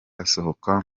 asohoka